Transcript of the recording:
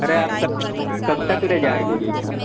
अरे आप तक कब तक ले जाएँगी